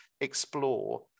explore